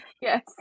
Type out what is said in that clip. Yes